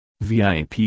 VIP